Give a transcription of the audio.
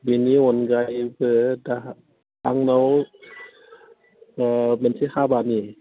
बेनि अनगायैबो आंनाव मोनसे हाबानि